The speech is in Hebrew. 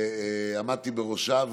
שעמדתי בראשה,